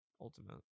Ultimate